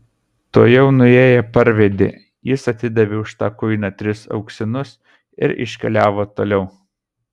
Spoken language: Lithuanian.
tuojau nuėję parvedė jis atidavė už tą kuiną tris auksinus ir iškeliavo toliau